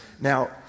now